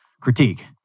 critique